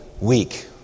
Week